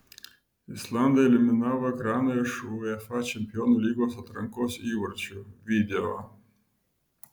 islandai eliminavo ekraną iš uefa čempionų lygos atrankos įvarčių video